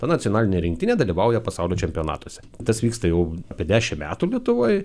ta nacionalinė rinktinė dalyvauja pasaulio čempionatuose tas vyksta jau apie dešimt metų lietuvoj